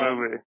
movie